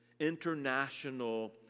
international